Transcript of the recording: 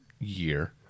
year